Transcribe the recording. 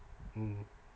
mmhmm